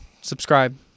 subscribe